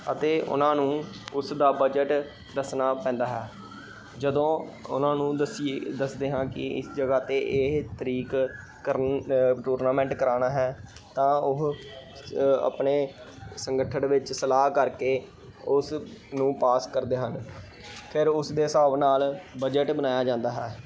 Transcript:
ਅਤੇ ਉਹਨਾਂ ਨੂੰ ਉਸ ਦਾ ਬਜਟ ਦੱਸਣਾ ਪੈਂਦਾ ਹੈ ਜਦੋਂ ਉਹਨਾਂ ਨੂੰ ਦੱਸੀਏ ਦੱਸਦੇ ਹਾਂ ਕਿ ਇਸ ਜਗ੍ਹਾ 'ਤੇ ਇਹ ਤਰੀਕ ਕਰਨ ਟੂਰਨਾਮੈਂਟ ਕਰਵਾਉਣਾ ਹੈ ਤਾਂ ਉਹ ਆਪਣੇ ਸੰਗਠਨ ਵਿੱਚ ਸਲਾਹ ਕਰਕੇ ਉਸ ਨੂੰ ਪਾਸ ਕਰਦੇ ਹਨ ਫਿਰ ਉਸ ਦੇ ਹਿਸਾਬ ਨਾਲ ਬਜਟ ਬਣਾਇਆ ਜਾਂਦਾ ਹੈ